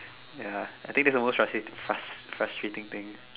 ya I think that's the most frustrating for us frustrating thing